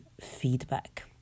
feedback